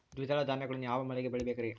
ದ್ವಿದಳ ಧಾನ್ಯಗಳನ್ನು ಯಾವ ಮಳೆಗೆ ಬೆಳಿಬೇಕ್ರಿ?